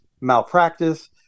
malpractice